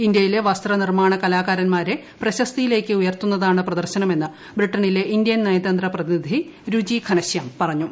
ഇന്ത്യയിലെ വസ്ത്ര്യ്ക് നിർമ്മാണകലാകാരൻമാരെ പ്രശസ്തിയിലേക്ക് ഉയർത്തുന്നത്രാണ് പ്രദർശനമെന്ന് ബ്രിട്ടനിലെ ഇന്ത്യൻ നയതന്ത്ര പ്രതിനിധിക്കുച്ചി ഘനശ്യാം പറഞ്ഞു